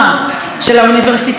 של ארגוני החברה האזרחית,